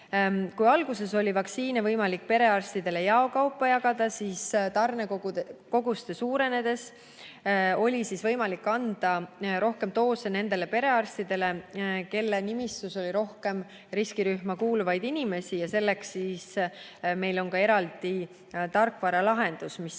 Alguses oli vaktsiini võimalik perearstidele jao kaupa jagada, ent tarnekoguste suurenedes oli võimalik anda rohkem doose nendele perearstidele, kelle nimistus on rohkem riskirühma kuuluvaid inimesi. Selleks on meil ka tarkvaralahendus, mis